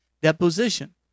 deposition